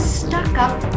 stuck-up